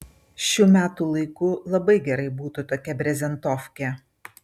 šiu metų laiku labai gerai būtų tokia brezentofkė